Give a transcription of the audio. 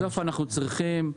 בסוף אנחנו צריכים שוטרים,